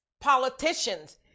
politicians